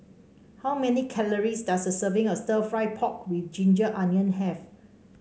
how many calories does a serving of stir fry pork with ginger onion have